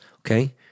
okay